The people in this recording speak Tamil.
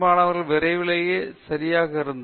மாணவர்கள் விரைவிலேயே சரியா இருந்தா